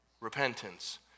Repentance